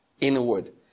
inward